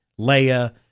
Leia